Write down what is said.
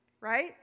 right